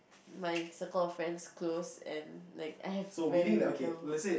my circle of friends close and like I have very little